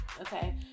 Okay